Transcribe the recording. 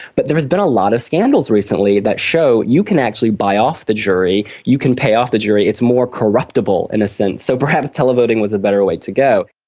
but there has been a lot of scandals recently that show you can actually buy off the jury, you can pay off the jury, it's more corruptible in a sense. so perhaps televoting was a better way to go.